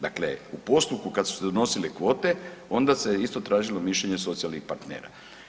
Dakle, u postupku kad su se donosile kvote, onda se isto tražilo mišljenje socijalnih partnera.